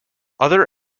other